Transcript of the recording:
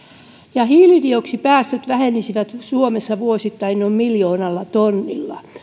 ja hiilidioksidipäästöt vähenisivät suomessa vuosittain noin miljoonalla tonnilla